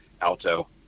Alto